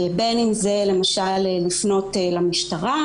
בין אם זה לפנות למשטרה,